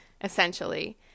essentially